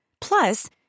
Plus